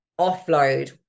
offload